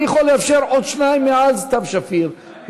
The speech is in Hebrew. אני יכול לאפשר עוד שניים אחרי סתיו שפיר,